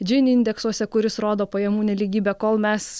džini indeksuose kuris rodo pajamų nelygybę kol mes